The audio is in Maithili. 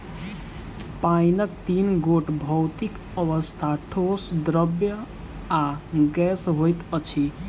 पाइनक तीन गोट भौतिक अवस्था, ठोस, द्रव्य आ गैस होइत अछि